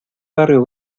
barrio